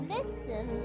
Listen